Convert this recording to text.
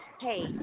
hey